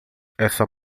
essa